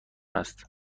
است